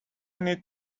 need